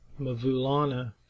Mavulana